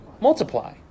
multiply